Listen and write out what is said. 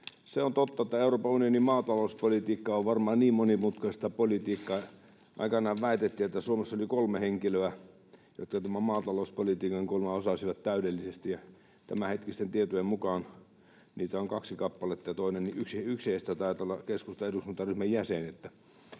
Se on totta, että Euroopan unionin maatalouspolitiikka on varmaan monimutkaista politiikkaa. Aikanaan väitettiin, että Suomessa oli kolme henkilöä, jotka tämän maatalouspolitiikan kuulemma osasivat täydellisesti, ja tämänhetkisten tietojen mukaan niitä on kaksi kappaletta. Yksi heistä taitaa olla keskustan eduskuntaryhmän jäsen,